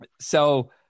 So-